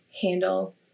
handle